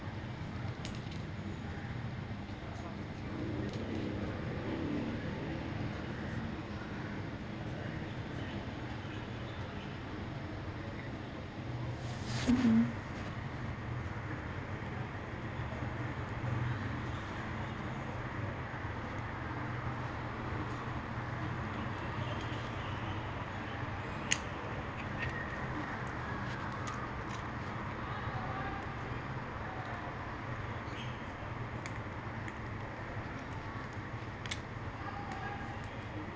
mmhmm